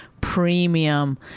Premium